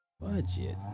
budget